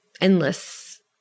endless